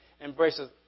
embraces